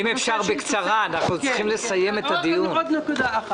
עוד נקודה.